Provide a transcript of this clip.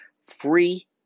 Free